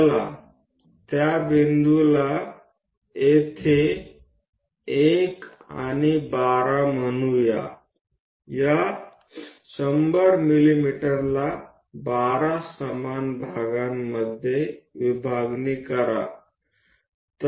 चला त्या बिंदूला येथे 1 आणि 12 म्हणूया या 100 मिमीला 12 समान भागामध्ये विभागणी करा